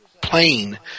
plane